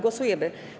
Głosujemy.